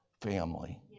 family